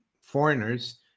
foreigners